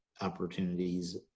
opportunities